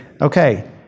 okay